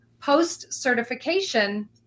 post-certification